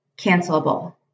cancelable